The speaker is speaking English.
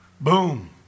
Boom